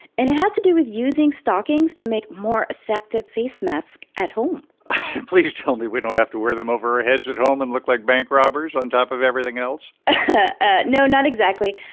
and it has to do with using stockings to make more effective face masks at home please tell me we don't have to wear them over our heads at home and look like bank robbers on top of everything else ah no, not exactly.